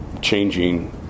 changing